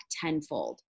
tenfold